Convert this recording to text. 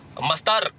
Master